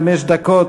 חמש דקות.